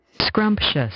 Scrumptious